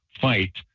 fight